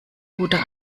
guter